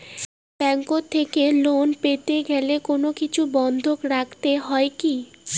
Bank থেকে loan পেতে গেলে কোনো কিছু বন্ধক রাখতে হয় কি?